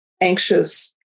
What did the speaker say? Anxious